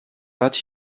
but